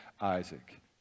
Isaac